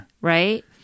Right